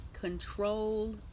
control